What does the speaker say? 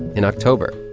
in october.